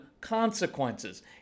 consequences